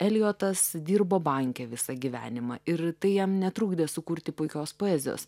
elijotas dirbo banke visą gyvenimą ir tai jam netrukdė sukurti puikios poezijos